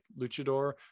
luchador